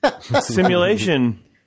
Simulation